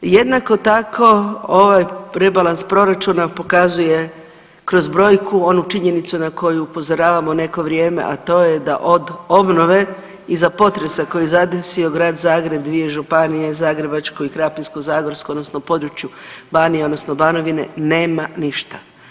Jednako tako ovaj rebalans proračuna pokazuje kroz brojku onu činjenicu na koju upozoravamo neko vrijeme, a to je da od obnove iza potresa koji je zadesio grad Zagreb i dvije županije, Zagrebačku i Krapinsko-zagorsku odnosno područje Banije odnosno Banovine nema ništa.